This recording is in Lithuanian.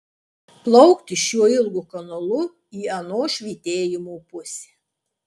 plaukti šiuo ilgu kanalu į ano švytėjimo pusę